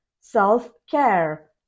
self-care